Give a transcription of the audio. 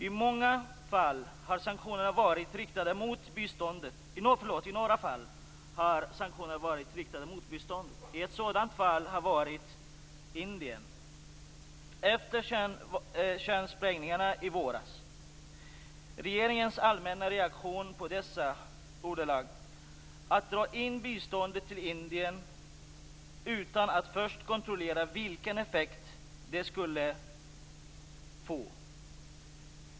I några fall har sanktionerna varit riktade mot biståndet. Ett sådant fall har varit Indien efter kärnsprängningarna i våras. Regeringens allmänna reaktion på dessa var att dra in biståndet till Indien utan att först kontrollera vilken effekt det skulle få.